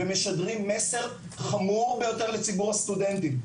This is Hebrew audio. ומשדרים מסר חמור ביותר לציבור הסטודנטים.